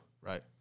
Right